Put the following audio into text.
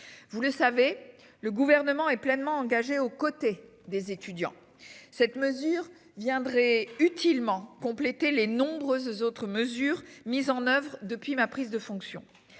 Vous le savez, le gouvernement est pleinement engagé aux côtés des étudiants. Cette mesure viendrait utilement compléter les nombreuses autres mesures mises en oeuvre depuis ma prise de fonction.